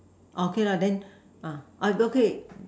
okay lah then okay